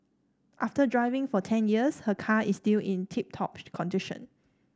after driving for ten years her car is still in tip top condition